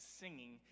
singing